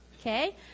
okay